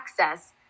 access